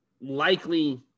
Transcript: likely